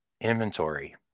inventory